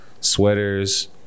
sweaters